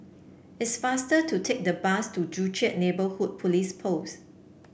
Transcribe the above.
it's faster to take the bus to Joo Chiat Neighbourhood Police Post